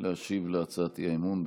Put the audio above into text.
להשיב על הצעת האי-אמון.